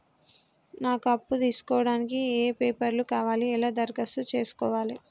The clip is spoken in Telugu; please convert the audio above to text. నాకు అప్పు తీసుకోవడానికి ఏ పేపర్లు కావాలి ఎలా దరఖాస్తు చేసుకోవాలి?